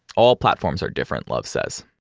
all platforms are different, love says.